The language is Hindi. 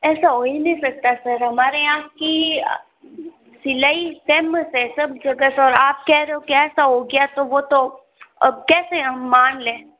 ऐसा हो ही नहीं सकता सर हमारे यहाँ की सिलाई फेमस है सब जगह सर आप कह रहे हो कि ऐसा हो गया है तो वो तो अब कैसे हम मान लें